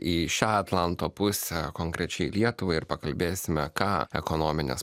į šią atlanto pusę konkrečiai lietuvai ir pakalbėsime ką ekonominės